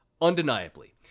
undeniably